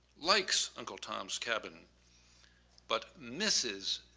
likes uncle tom's cabin but mrs.